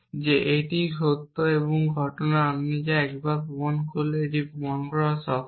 যে এটি সত্যই এমন ঘটনা যা আপনি একবার প্রমাণ করলে এটি প্রমাণ করা সহজ